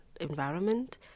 environment